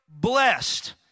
Blessed